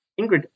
Ingrid